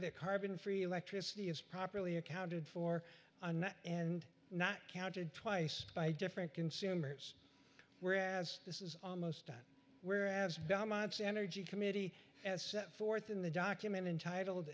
that carbon free electricity is properly accounted for and not counted twice by different consumers whereas this is almost done whereas dominants energy committee as set forth in the document entitled